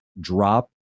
drop